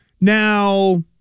Now